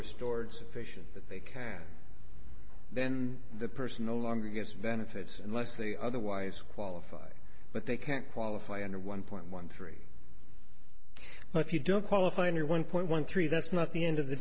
restored sufficient that they can then the person no longer gets benefits unless they otherwise qualify but they can't qualify under one point one three zero if you don't qualify under one point one three that's not the end of the